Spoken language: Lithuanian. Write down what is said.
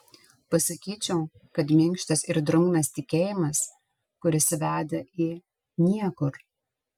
pasakyčiau kad minkštas ir drungnas tikėjimas kuris veda į niekur